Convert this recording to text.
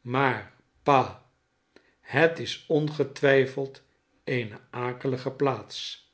maarpah het is ongetwijfeld eene akelige plaats